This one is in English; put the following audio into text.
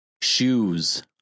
Shoes